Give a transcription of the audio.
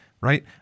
Right